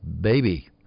baby